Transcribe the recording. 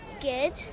Good